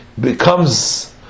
becomes